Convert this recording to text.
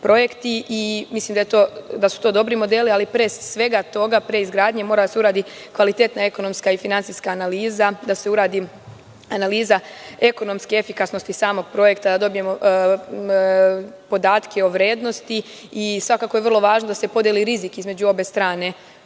projekti. Mislim da su to dobri modeli, ali pre svega toga, pre izgradnje, mora da se uradi kvalitetna ekonomska i finansijska analiza, da se uradi analiza ekonomske efikasnosti samog projekta, da dobijemo podatke o vrednosti. Svakako je vrlo važno da se podeli rizik između obe strane,